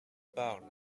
parle